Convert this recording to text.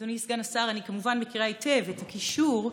אדוני סגן השר, אני כמובן מכירה היטב את הקישור,